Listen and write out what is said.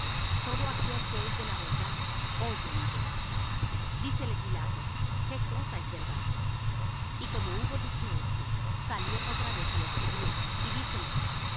todo aquél que es de la verdad oye mi voz dícele pilato qué cosa es verdad y como hubo dicho esto salió otra vez á los judíos y díceles yo